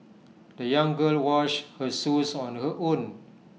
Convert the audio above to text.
the young girl washed her shoes on her own